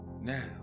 Now